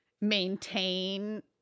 maintain